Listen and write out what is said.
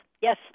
yes